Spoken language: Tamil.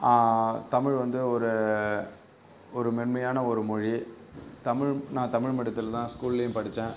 தமிழ் வந்து ஒரு ஒரு மென்மையான ஒரு மொழி தமிழ் நான் தமிழ் மீடியத்தில் தான் ஸ்கூல்லியும் படித்தேன்